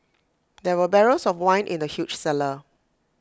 there were barrels of wine in the huge cellar